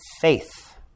faith